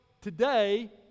today